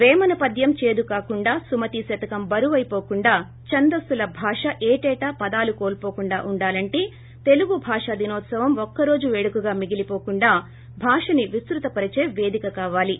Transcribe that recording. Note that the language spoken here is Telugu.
వేమనపధ్యం చేడుకాకుండా సుమతి శతకం బరువైవోకుండా ఛందస్పుల భాష ఏటేటా పదాలు కోల్పోకుండా ఉండాలంటే తెలుగు భాషా దినోత్సవం ఒక్క రోజు పేడుకగా మిగిలిపోకుండా భాషని విస్తృత పరిచే పేదిక కావాలి